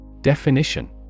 Definition